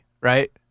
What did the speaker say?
right